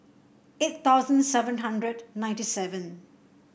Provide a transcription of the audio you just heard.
eight thousand seven hundred ninety seven